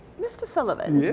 mr. sullivan, yeah